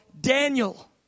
Daniel